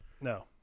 No